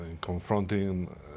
confronting